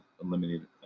Eliminated